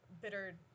bitter